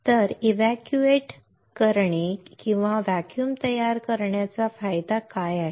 तर इव्हॅक्यूएट करणे किंवा व्हॅक्यूम तयार करण्याचा फायदा काय आहे